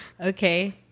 Okay